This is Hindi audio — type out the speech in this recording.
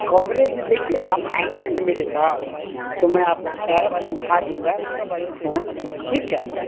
कवरेज देखिए आप आएँगे न मेरे पास तो मैं आपको सारा समझा दूँगा फो ठीक है